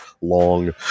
long